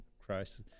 christ